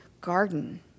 garden